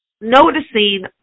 noticing